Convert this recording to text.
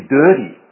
dirty